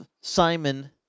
Simon